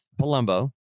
Palumbo